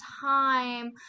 time